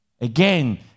Again